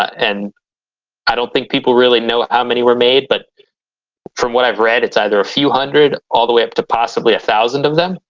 and i don't think people really know of how many were made, but from what i've read it's either a few hundred all the way up to possibly a thousand of them.